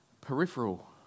peripheral